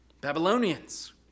Babylonians